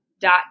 dot